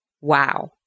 Wow